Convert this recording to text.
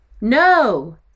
No